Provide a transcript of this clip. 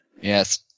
Yes